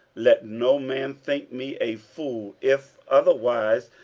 let no man think me a fool if otherwise,